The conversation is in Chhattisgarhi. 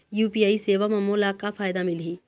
यू.पी.आई सेवा म मोला का फायदा मिलही?